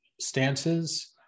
stances